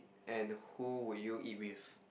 and who would you eat with